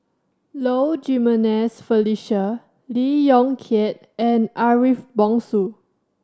Low Jimenez Felicia Lee Yong Kiat and Ariff Bongso